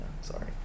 Sorry